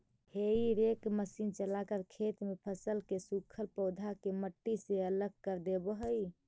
हेई rake machine चलाकर खेत में फसल के सूखल पौधा के मट्टी से अलग कर देवऽ हई